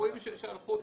שהלכו והחמירו.